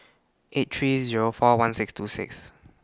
eight three Zero four one six two six